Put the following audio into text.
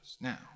Now